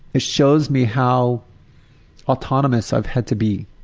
it shows me how autonomous i've had to be,